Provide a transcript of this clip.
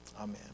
Amen